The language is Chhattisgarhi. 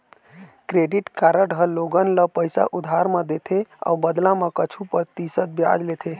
क्रेडिट कारड ह लोगन ल पइसा उधार म देथे अउ बदला म कुछ परतिसत बियाज लेथे